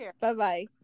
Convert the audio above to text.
bye-bye